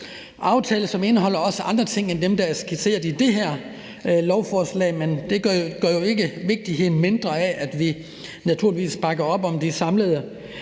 aftale, som også indeholder andre ting end dem, der er skitseret i det her lovforslag, men det gør jo ikke vigtigheden af, at vi naturligvis bakker op om de samlede